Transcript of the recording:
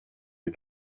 des